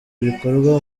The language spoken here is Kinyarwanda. bikorwa